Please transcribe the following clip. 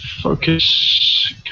Focus